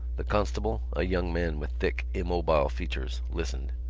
the constable, a young man with thick immobile features, listened.